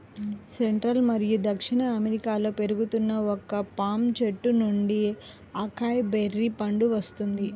central మరియు దక్షిణ అమెరికాలో పెరుగుతున్న ఒక పామ్ చెట్టు నుండి అకాయ్ బెర్రీ పండు వస్తుంది